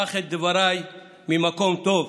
קח דבריי ממקום טוב,